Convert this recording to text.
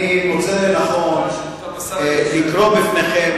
אני מוצא לנכון לקרוא לפניכם,